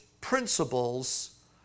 principles